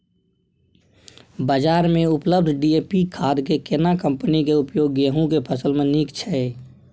बाजार में उपलब्ध डी.ए.पी खाद के केना कम्पनी के उपयोग गेहूं के फसल में नीक छैय?